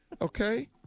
Okay